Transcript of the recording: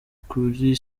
kuri